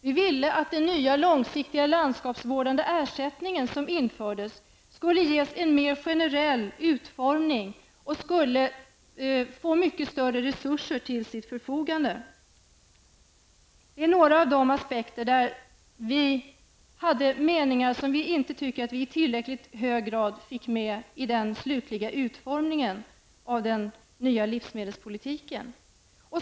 Vi ville att den nya långsiktiga landskapsvårdande ersättning som infördes skulle ges en mer generell utformning och få större anslag. Det är några av de aspekter om vilka vi hade meningar som vi inte i tillräckligt hög grad fick med i den slutliga utformningen av den nya livsmedelspolitiken.